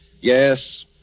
Yes